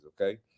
okay